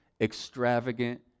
extravagant